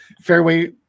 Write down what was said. fairway